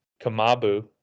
Kamabu